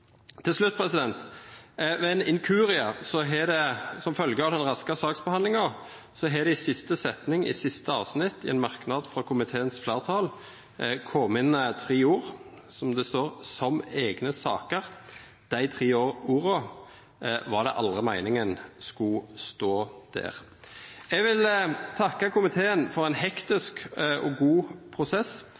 Til slutt: Ved ein inkurie som følgje av den raske saksbehandlinga, har det i siste setning i siste avsnitt i ein merknad frå komiteens fleirtal kome inn tre ord: «som egne saker». Dei tre orda var det aldri meininga skulle stå der. Eg vil takka komiteen for ein hektisk og god prosess.